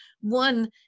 One